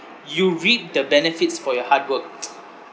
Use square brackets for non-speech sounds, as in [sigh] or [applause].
you reap the benefits for your hard work [noise]